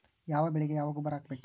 ಯಾವ ಬೆಳಿಗೆ ಯಾವ ಗೊಬ್ಬರ ಹಾಕ್ಬೇಕ್?